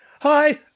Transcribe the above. Hi